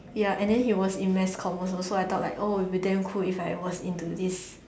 ya and then he was in mass comm also so I thought like oh it'd be damn cool if I was into this